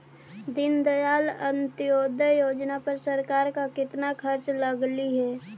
दीनदयाल अंत्योदय योजना पर सरकार का कितना खर्चा लगलई हे